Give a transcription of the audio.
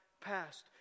past